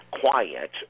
quiet